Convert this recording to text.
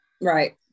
Right